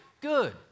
good